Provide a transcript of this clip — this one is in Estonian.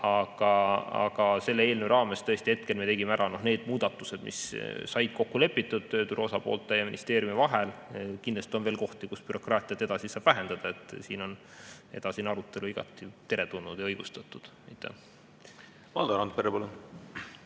Aga selle eelnõu raames me tõesti tegime ära need muudatused, mis said kokku lepitud tööturu osapoolte ja ministeeriumi vahel. Kindlasti on veel kohti, kus bürokraatiat saab edasi vähendada. Siin on edasine arutelu igati teretulnud ja õigustatud. Valdo Randpere, palun!